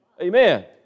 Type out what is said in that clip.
Amen